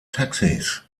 taxis